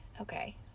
okay